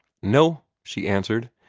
no, she answered.